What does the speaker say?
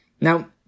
Now